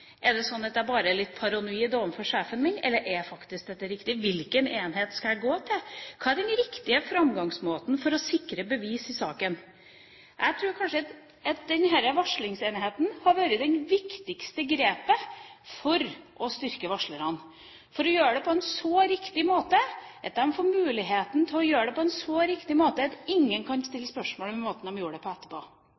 sånn og sånn? Er jeg bare litt paranoid overfor sjefen min – er dette faktisk riktig? Hvilken enhet skal jeg gå til? Hva er den riktige framgangsmåten for å sikre bevis i saken? Jeg tror at denne varslerenheten hadde vært det viktigste grepet for å styrke varslerne, slik at de kunne få muligheten til å gjøre det på en så riktig måte at ingen etterpå kunne stille spørsmål ved måten de gjorde det på.